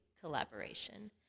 collaboration